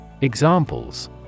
Examples